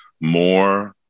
more